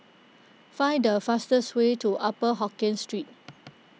find the fastest way to Upper Hokkien Street